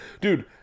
Dude